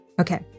Okay